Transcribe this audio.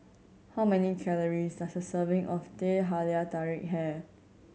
how many calories does a serving of Teh Halia Tarik have